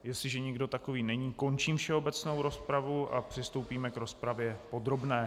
Jestliže nikdo takový není, končím všeobecnou rozpravu a přistoupíme k rozpravě podobné.